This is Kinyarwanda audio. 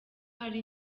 hari